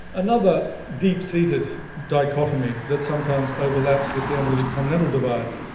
another deep-seated dichotomy that sometimes overlaps with the analytic-continental divide,